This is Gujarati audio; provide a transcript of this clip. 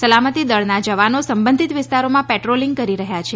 સલામતી દળના જવાનો સંબંધિત વિસ્તારોમાં પેટ્રોલિંગ કરી રહ્યા છે